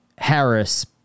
Harris